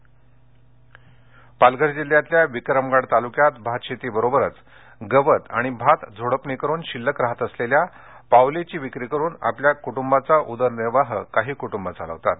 Pauli Palghar Palghar जिल्ह्यातल्या विक्रमगड तालुक्यात भात शेतीबरोबरच गवत आणि भात झोडपणी करून शिल्लक राहात असलेल्या पाओलीची विक्री करून आपल्या कुटुंबाचा उदरनिर्वाह चालवतात